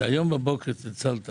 שהבוקר צלצלת